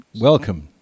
welcome